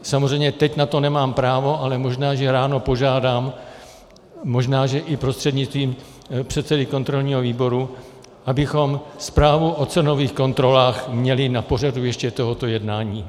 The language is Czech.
Samozřejmě teď na to nemám právo, ale možná že ráno požádám, možná že i prostřednictvím předsedy kontrolního výboru, abychom zprávu o cenových kontrolách měli na pořadu ještě tohoto jednání.